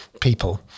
people